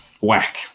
whack